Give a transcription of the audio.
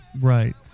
Right